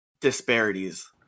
disparities